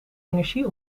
energie